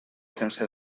sense